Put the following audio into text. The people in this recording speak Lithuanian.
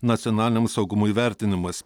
nacionaliniam saugumui vertinimas